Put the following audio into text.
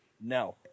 No